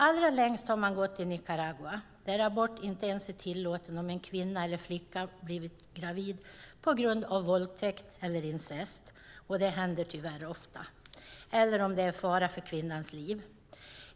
Allra längst har man gått i Nicaragua, där abort inte ens är tillåten om en kvinna eller flicka blivit gravid på grund av våldtäkt eller incest - det händer tyvärr ofta - eller om det är fara för kvinnans liv.